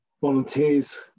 volunteers